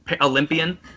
Olympian